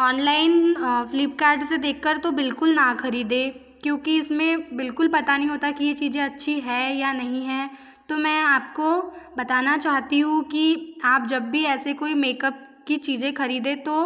on line Flipkart से देखकर तो बिलकुल ना खरीदें क्योंकि इसमें बिल्कुल पता नहीं होता कि ये चीज़ें अच्छी हैं या नहीं हैं तो मैं आपको बताना चाहती हूँ कि आप जब भी ऐसे कोई मेक अप की चीज़ें खरीदें तो